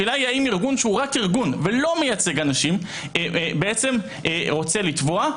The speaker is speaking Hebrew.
השאלה אם ארגון שלא מייצג אנשים רק ארגון - רוצה לתבוע.